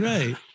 Right